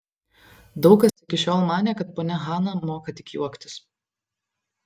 daug kas iki šiol manė kad ponia hana moka tik juoktis